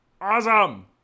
awesome